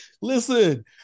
Listen